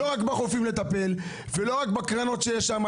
לא רק בחופים לטפל ולא רק בקרנות שיש שם.